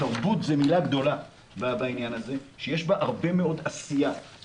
תרבות זו מילה גדולה שיש בה הרבה מאוד עשייה.